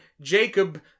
Jacob